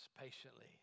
patiently